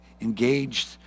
engaged